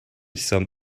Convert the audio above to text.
some